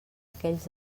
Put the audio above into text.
aquells